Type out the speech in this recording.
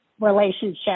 relationship